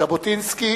ז'בוטינסקי